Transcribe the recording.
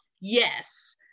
Yes